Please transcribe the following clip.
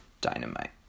Dynamite